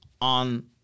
on